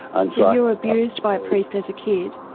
and so you were abused by a priest as a kid?